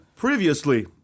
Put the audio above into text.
Previously